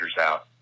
out